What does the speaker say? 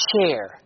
chair